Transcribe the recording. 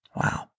Wow